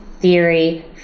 theory